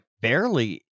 barely –